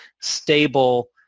stable